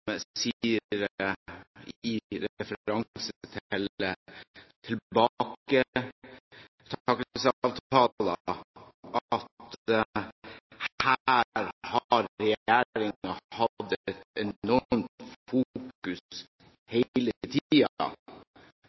sier, med referanse til tilbaketakelsesavtaler, at her har regjeringen hatt et enormt fokus